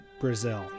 brazil